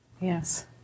Yes